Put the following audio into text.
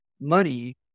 money